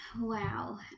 wow